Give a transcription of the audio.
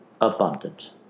abundant